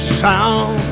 sound